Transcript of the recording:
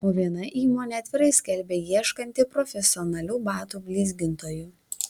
o viena įmonė atvirai skelbia ieškanti profesionalių batų blizgintojų